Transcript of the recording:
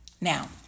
Now